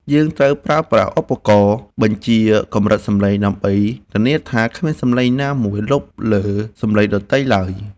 យើងត្រូវប្រើប្រាស់ឧបករណ៍បញ្ជាកម្រិតសំឡេងដើម្បីធានាថាគ្មានសំឡេងណាមួយលុបលើសំឡេងដទៃឡើយ។